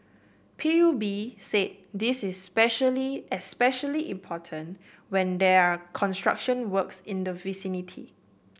P U B say this is specially especially important when there are construction works in the vicinity